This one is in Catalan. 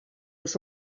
els